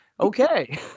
okay